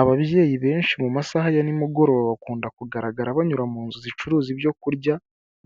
Ababyeyi benshi mu masaha ya nimugoroba bakunda kugaragara banyura mu nzu zicuruza ibyo kurya